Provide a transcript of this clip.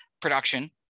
production